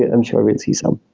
i'm sure we'll see some.